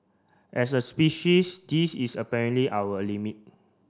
as a species this is apparently our limit